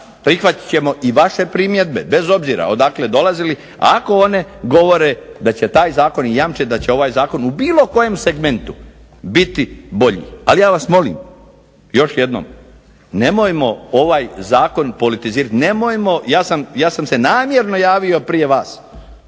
prihvatit ćemo i vaše primjedbe bez obzira odakle dolazili ako one govore da će taj zakon jamčit da će ovaj zakon u bilo kojem segmentu biti bolji. Ali ja vas molim još jednom, nemojmo ovaj zakon politizirati, nemojmo, ja sam se namjerno javio prije vas